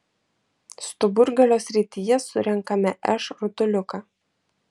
stuburgalio srityje surenkame š rutuliuką